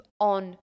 on